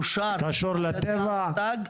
אושר על ידי רט"ג,